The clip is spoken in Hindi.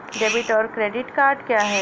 डेबिट और क्रेडिट क्या है?